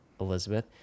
elizabeth